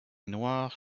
noire